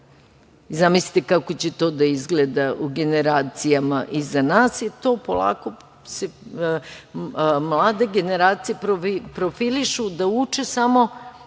Zamislite kako će to da izgleda u generacijama iza nas. Polako se mlade generacije profilišu da uče samo